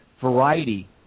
variety